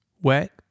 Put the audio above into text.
wet